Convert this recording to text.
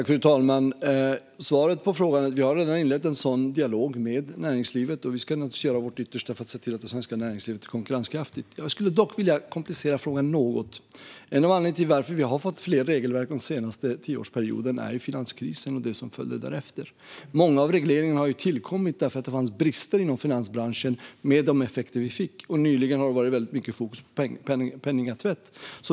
Fru talman! Svaret på frågan är att vi redan har inlett en sådan dialog med näringslivet. Vi ska nog göra vårt yttersta för att se till att det svenska näringslivet är konkurrenskraftigt. Jag skulle dock vilja komplicera frågan något. En anledning till att det har tagits fram fler regelverk den senaste tioårsperioden är finanskrisen och det som följde därefter. Många av regleringarna har tillkommit därför att det fanns brister inom finansbranschen med de effekter som uppstod. Nyligen har det varit mycket fokus på penningtvätt.